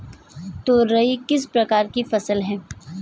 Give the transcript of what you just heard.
तोरई किस प्रकार की फसल है?